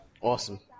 Awesome